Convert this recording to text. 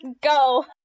go